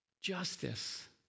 Justice